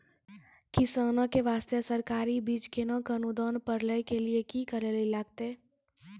किसान के बास्ते सरकारी बीज केना कऽ अनुदान पर लै के लिए की करै लेली लागतै?